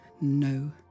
no